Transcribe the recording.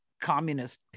communist